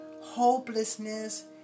hopelessness